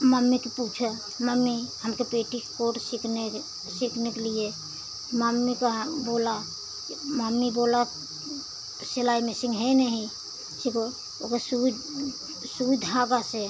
mummy पूछे mummy हमको petticoat सिखने दे सिखने के लिए मम्मी को हाँ बोला मम्मी बोला सिलाई मसीन है नहीं उगो सुई सुई धागा से